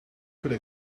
could